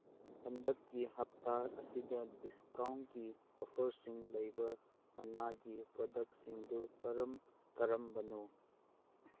ꯍꯟꯗꯛꯀꯤ ꯍꯞꯇꯥ ꯑꯁꯤꯗ ꯗꯤꯁꯀꯥꯎꯟꯀꯤ ꯑꯣꯐꯔꯁꯤꯡ ꯂꯩꯕ ꯃꯅꯥꯒꯤ ꯄ꯭ꯔꯗꯛꯁꯤꯡꯗꯨ ꯀꯔꯝ ꯀꯔꯝꯕꯅꯣ